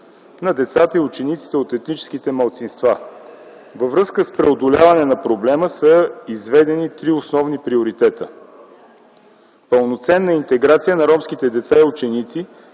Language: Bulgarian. на децата и учениците от етническите малцинства. Във връзка с преодоляване на проблема са изведени три основни приоритета: - пълноценна интеграция на ромските деца и ученици